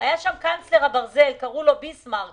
היה אז קנצלר הברזל ביסמרק